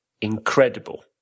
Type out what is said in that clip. incredible